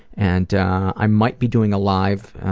and i might be doing a live